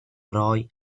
roy